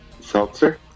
seltzer